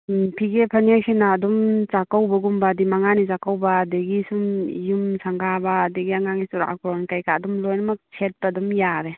ꯎꯝ ꯐꯤꯒꯦ ꯐꯅꯦꯛ ꯑꯁꯤꯅꯥ ꯑꯗꯨꯝ ꯆꯥꯛꯀꯧꯕ ꯒꯨꯝꯕ ꯑꯗꯨꯗꯤ ꯃꯉꯥꯅꯤ ꯆꯥꯛꯀꯧꯕ ꯑꯗꯨꯗꯒꯤ ꯁꯨꯝ ꯌꯨꯝ ꯁꯪꯒꯥꯕ ꯑꯗꯨꯗꯒꯤ ꯑꯉꯥꯡꯒꯤ ꯆꯨꯔꯥꯀꯔꯟ ꯀꯩꯀꯥ ꯑꯗꯨꯝ ꯂꯣꯏꯅꯃꯛ ꯁꯦꯠꯄ ꯑꯗꯨꯝ ꯌꯥꯔꯦ